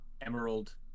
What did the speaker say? emerald